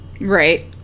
Right